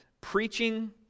preaching